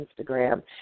instagram